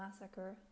massacre